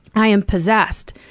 i am possessed.